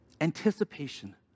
anticipation